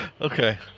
Okay